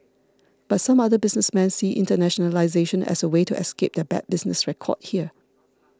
but some other businessmen see internationalisation as a way to escape their bad business record here